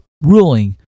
ruling